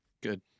Good